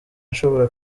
nshobora